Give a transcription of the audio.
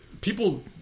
people